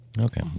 Okay